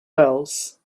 wells